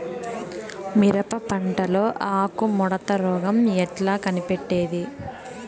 మిరప పంటలో ఆకు ముడత రోగం ఎట్లా కనిపెట్టేది?